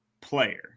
player